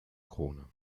krone